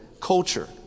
culture